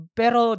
pero